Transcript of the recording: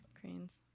Cranes